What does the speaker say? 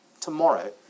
tomorrow